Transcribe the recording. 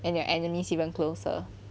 and your enemies even closer